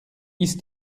ist